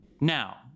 now